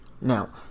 now